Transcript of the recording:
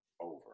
Over